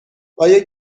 آیا